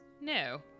No